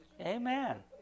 Amen